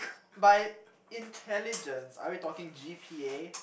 by intelligence are we talking G_P_A